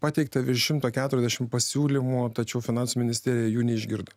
pateikta virš šimto keturiasdešim pasiūlymų tačiau finansų ministerija jų neišgirdo